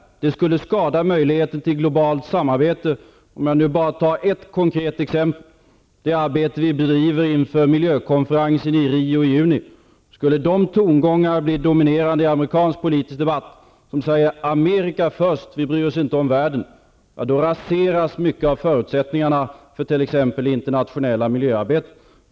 Det skulle skada möjligheterna till globalt samarbete. Jag kan nämna ett konkret exempel, nämligen det arbete som vi bedriver inför miljökonferensen i Rio de Janeiro i juni. Om de tongångar som säger ''Amerika först, vi bryr oss inte om världen'' skulle bli dominerande i amerikansk politisk debatt, raseras mycket av förutsättningarna för t.ex. det internationella miljöarbetet.